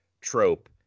trope